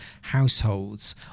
households